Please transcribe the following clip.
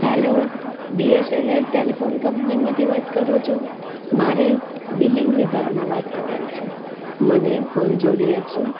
hello BSNL telephone કંપનીમાંથી વાત કરો છો મારે બિલિંગ વિભાગમાં વાત કરવી છે મને ફોન જોડી આપશો